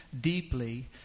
deeply